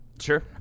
Sure